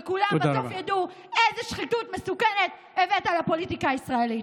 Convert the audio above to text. וכולם בסוף ידעו איזו שחיתות מסוכנת הבאת לפוליטיקה הישראלית.